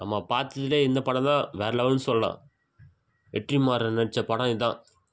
நம்ம பார்த்ததுலியே இந்த படம் தான் வேறு லெவல்னு சொல்லலாம் வெற்றிமாறன் நடித்த படம் இதுதான்